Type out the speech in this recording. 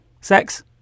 sex